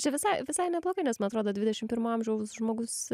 čia visai visai neblogai nes man atrodo dvidešim pirmo amžiaus žmogus